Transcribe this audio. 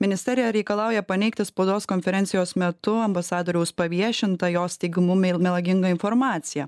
ministerija reikalauja paneigti spaudos konferencijos metu ambasadoriaus paviešintą jos teigimu meil melagingą informaciją